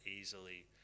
easily